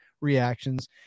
reactions